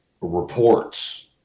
reports